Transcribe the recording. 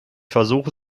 versuche